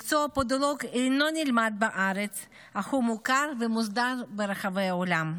מקצוע הפודולוג אינו נלמד בארץ אך הוא מוכר ומוסדר ברחבי העולם.